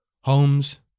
Homes